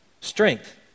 strength